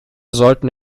sollten